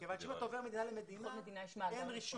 מכיוון שאם אתה עובר ממדינה למדינה, אין רישום.